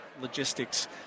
logistics